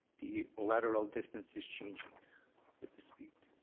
the lateral distance is changing with the speed.